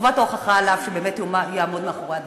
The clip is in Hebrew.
חובת ההוכחה עליו שבאמת יעמוד מאחורי הדברים.